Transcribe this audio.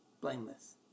Blameless